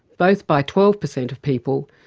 both by twelve percent of people,